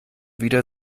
wieder